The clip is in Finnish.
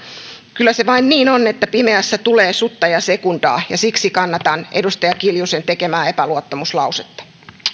kyllä se vain niin on että pimeässä tulee sutta ja sekundaa ja siksi kannatan edustaja kiljusen tekemää epäluottamuslausetta